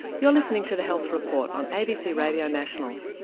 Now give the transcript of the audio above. you're listening to the health report on abc radio national,